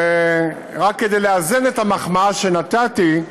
ורק כדי לאזן את המחמאה שנתתי,